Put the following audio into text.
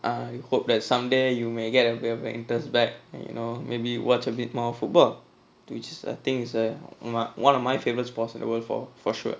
I hope that someday you may get a we're winters back and you know maybe watch a bit more football too it's a thing is uh one of my favourite sports at the world for for sure